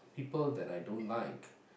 people that I don't like